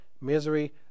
Misery